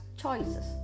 choices